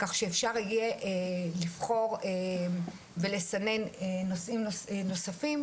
כך שאפשר יהיה לבחור ולסנן נושאים נוספים,